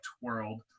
world